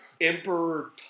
Emperor